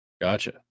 Gotcha